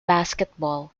basketball